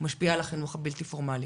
הוא משפיע על החינוך הבלתי פורמלי,